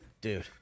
dude